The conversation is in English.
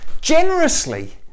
generously